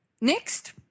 next